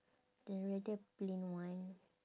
the rather plain one